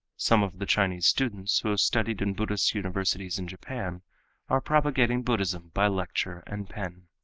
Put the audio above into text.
some of the chinese students studied in buddhist universities in japan are propagating buddhism by lecture and pen.